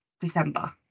December